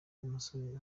umusore